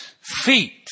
feet